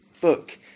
book